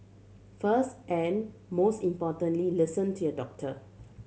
first and most importantly listen to your doctor